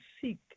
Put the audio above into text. seek